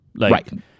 Right